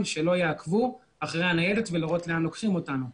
כדי שלא יעקבו אחרי הניידת כדי לראות לאן לוקחים אותנו.